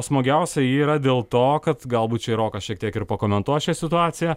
smagiausia ji yra dėl to kad galbūt čia rokas šiek tiek ir pakomentuos šią situaciją